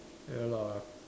ya lah